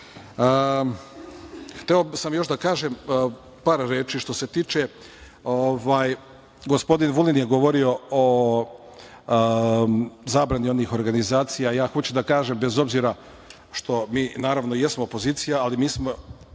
sam još da kažem par reči. Gospodin Vulin je govorio o zabrani onih organizacija, a ja hoću da kažem, bez obzira što mi jesmo opozicija, ali mi smo